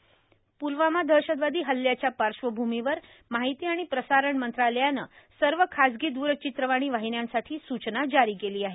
प्लवामा दहशतवादी हल्ल्याच्या पार्श्वभूमीवर माहिती आणि प्रसारण मंत्रालयानं सर्व खाजगी द्रचित्रवाणी वाहिन्यांसाठी सूचना जारी केली आहे